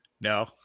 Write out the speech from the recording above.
No